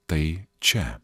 tai čia